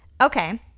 Okay